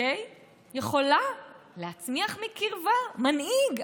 יכולה להצמיח מקרבה מנהיג.